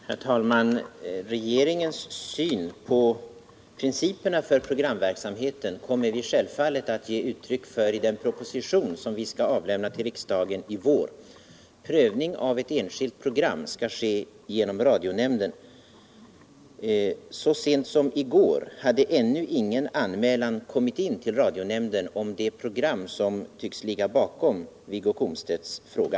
Herr talman! Regeringens syn på principerna för programverksamheten kommer vi självfallet att ge uttryck för i den proposition som vi skall avlämna till riksdagen i år. Prövningen av ett enskilt program skall ske genom radionämnden. Så sent som i går hade ännu ingen anmälan kommit in till radionämnden om det program som tycks ligga bakom Wiggo Komstedts fråga.